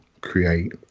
create